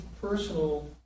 personal